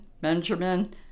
Benjamin